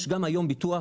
יש גם היום ביטוח,